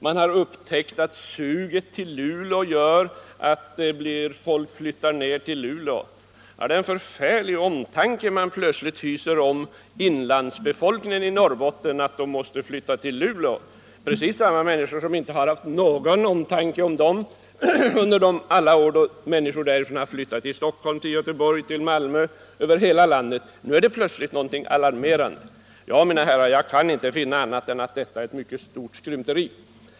Man har upptäckt att suget till Luleå gör att folk flyttar dit. Det är en väldig omtanke man plötsligt hyser om inlandsbefolkningen i Norrbotten, när man befarar att de måste flytta till Luleå, medan man inte har haft någon omtanke om de människor som under alla år har flyttat till Stockholm, Göteborg, Malmö och andra orter över hela landet. Nu är det plötsligt något alarmerande. Ja, mina herrar, jag kan inte finna annat än att detta är ett mycket stort skrymteri.